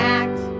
act